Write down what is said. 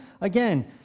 Again